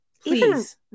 please